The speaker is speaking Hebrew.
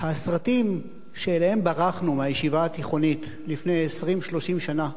הסרטים שאליהם ברחנו מהישיבה התיכונית לפני 20 30 שנה,